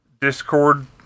Discord